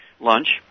lunch